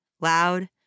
loud